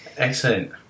excellent